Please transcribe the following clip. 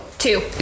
Two